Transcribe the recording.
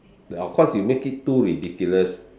of course you make it too ridiculous